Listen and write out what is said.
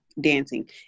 dancing